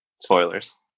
Spoilers